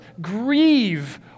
grieve